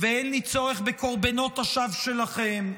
ואין לי צורך בקורבנות השווא שלכם,